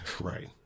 Right